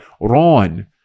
Ron